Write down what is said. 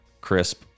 crisp